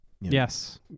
yes